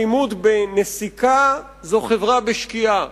אלימות בנסיקה זו חברה בשקיעה,